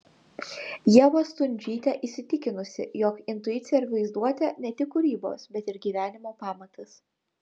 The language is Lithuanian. ieva stundžytė įsitikinusi jog intuicija ir vaizduotė ne tik kūrybos bet ir gyvenimo pamatas